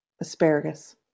Asparagus